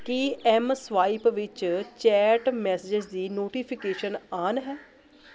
ਕੀ MSwipe ਵਿੱਚ chat messages ਦੀ notifications on ਹੈ